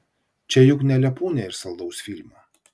čia juk ne lepūnė iš saldaus filmo